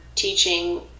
teaching